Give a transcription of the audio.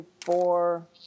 four